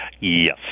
Yes